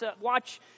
watch